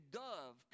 dove